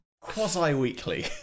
quasi-weekly